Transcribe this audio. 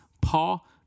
Paul